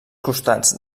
costats